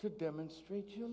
to demonstrate you